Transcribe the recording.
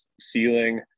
ceiling